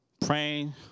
praying